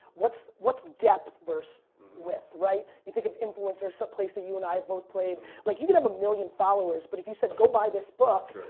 what's what's depth verse width, right? you think of influencers a so place that you and i both played. like you can have a million followers but if you said go by this book,